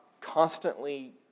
constantly